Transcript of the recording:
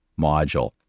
module